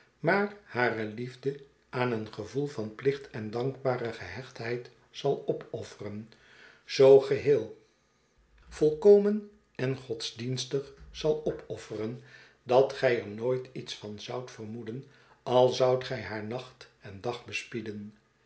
maar hare liefde aan een gevoel van plicht en dankbare gehechtheid zal opofferen zoo geheel volkomen en godsdienstig zal opofferen dat gij er nooit iets van zoudt vermoeden al zoudt gij haar nacht en dag bespieden